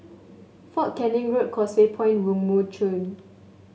Fort Canning Road Causeway Point Woo Mon Chew